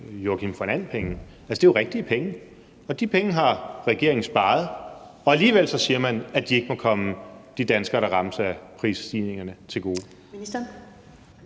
Joakim von And-penge. Altså, det er jo rigtige penge, og de penge har regeringen sparet, og alligevel siger man, at de ikke må komme de danskere, der rammes af prisstigningerne, til gode.